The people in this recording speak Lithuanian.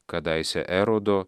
kadaise erodo